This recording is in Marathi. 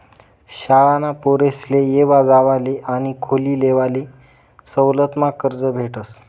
शाळाना पोरेसले येवा जावाले आणि खोली लेवाले सवलतमा कर्ज भेटस